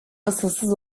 asılsız